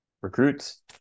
recruits